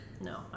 No